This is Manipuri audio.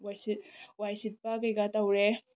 ꯋꯥꯏ ꯁꯤꯠ ꯋꯥꯏ ꯁꯤꯇꯄ ꯀꯩꯀꯥ ꯇꯧꯔꯦ